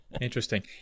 Interesting